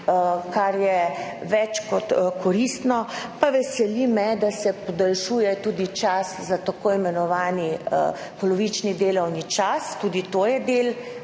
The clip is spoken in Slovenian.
kar je več kot koristno. Veseli me, da se podaljšuje tudi čas za tako imenovani polovični delovni čas. Tudi to je del